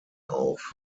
auf